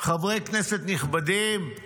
חברי כנסת נכבדים,